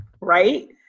right